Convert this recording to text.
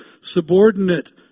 subordinate